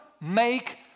make